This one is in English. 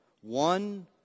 One